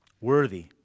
Worthy